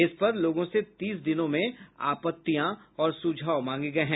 इस पर लोगों से तीस दिनों में आपत्तियां और सुझाव मांगे गये हैं